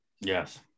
yes